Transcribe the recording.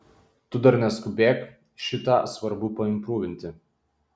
tu dar neskubėk šitą svarbu paimprūvinti